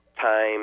time